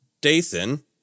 Dathan